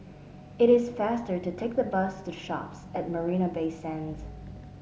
it is faster to take the bus to The Shoppes at Marina Bay Sands